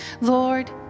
Lord